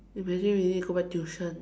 imagine really go back tuition